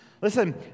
listen